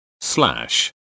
slash